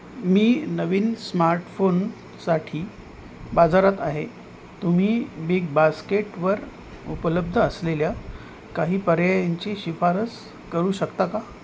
मी नवीन स्मार्टफोनसाठी बाजारात आहे तुम्ही बिगबास्केटवर उपलब्ध असलेल्या काही पर्यायांची शिफारस करू शकता का